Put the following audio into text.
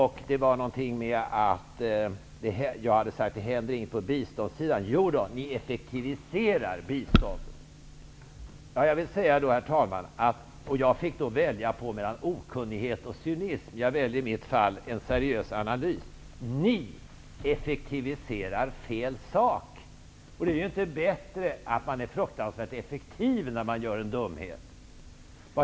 Han sade något om att jag skulle ha sagt att det inte händer något på biståndssidan. Jo då, ni effektiviserar biståndet. Jag fick då välja mellan okunnighet och cynism. I mitt fall väljer jag en seriös analys. Ni effektiviserar fel sak. Det är inte bättre att man är fruktansvärt effektiv när man gör en dumhet.